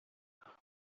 هستن